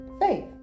faith